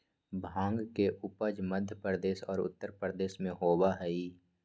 भांग के उपज मध्य प्रदेश और उत्तर प्रदेश में होबा हई